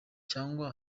cyangwa